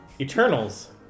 Eternals